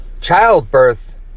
childbirth